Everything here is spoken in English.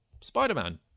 Spider-Man